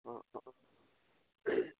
অঁ অঁ অঁ